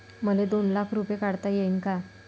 मले दोन लाख रूपे काढता येईन काय?